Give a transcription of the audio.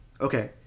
Okay